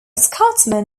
scotsman